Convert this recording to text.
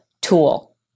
tool